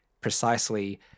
precisely